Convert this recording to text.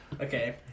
Okay